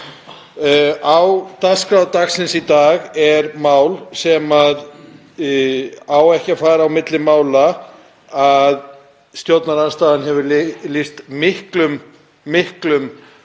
Á dagskrá dagsins í dag er mál sem á ekki að fara á milli mála að stjórnarandstaðan hefur lýst miklum